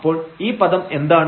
അപ്പോൾ ഈ പദം എന്താണ്